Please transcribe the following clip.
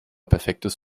perfektes